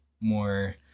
more